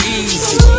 easy